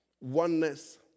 oneness